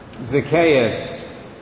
Zacchaeus